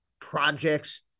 projects